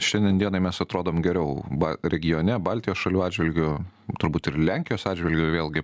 šiandien dienai mes atrodom geriau ba regione baltijos šalių atžvilgiu turbūt ir lenkijos atžvilgiu vėlgi